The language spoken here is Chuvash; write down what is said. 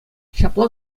ҫапла